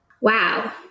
Wow